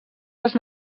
les